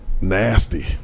nasty